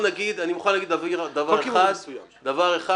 אני מוכן להגיד דבר אחד,